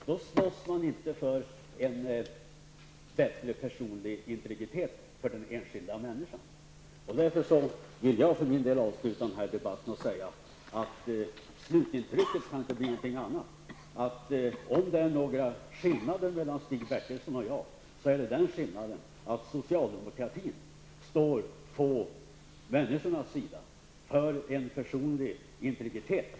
Då slåss man inte för en bättre personlig integritet för den enskilda människan. Därför vill jag för min del avsluta den här debatten med att säga att slutintrycket kanske blir något annat. Om det finns någon skillnad mellan Stig Bertilsson och mig är det den skillnaden att socialdemokratin står på människornas sida, för en personlig integritet.